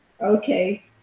Okay